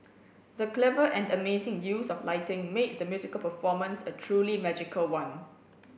the clever and amazing use of lighting made the musical performance a truly magical one